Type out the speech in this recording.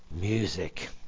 music